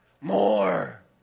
More